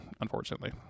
unfortunately